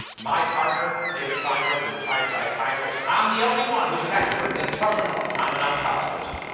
my partner, david feinberg, is a child psychiatrist. i'm the only one who's an expert in terminal. i'm an oncologist.